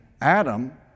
Adam